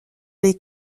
les